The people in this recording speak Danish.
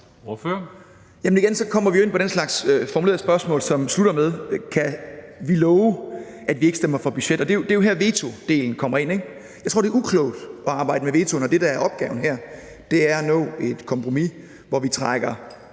Her kommer vi jo igen ind på den slags formulerede spørgsmål, som slutter med: Kan vi love, at vi ikke stemmer for budgettet? Og det er jo her vetodelen kommer ind, ikke? Jeg tror, det er uklogt at arbejde med veto, når det, der er opgaven her, er at nå et kompromis, hvor vi trækker